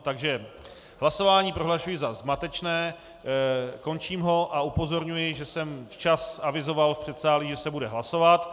Takže hlasování prohlašuji za zmatečné, končím ho a upozorňuji, že jsem včas avizoval v předsálí, že se bude hlasovat.